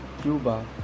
Cuba